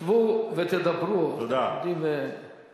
שבו ותדברו, אתם עומדים, תודה.